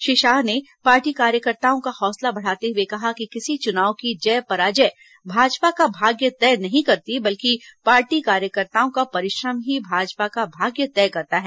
श्री शाह ने पार्टी कार्यकर्ताओं का हौसला बढ़ाते हुए कहा कि किसी चुनाव की जय पराजय भाजपा का भाग्य तय नहीं करती बल्कि पार्टी कार्यकर्ताओं का परिश्रम ही भाजपा का भाग्य तय करता है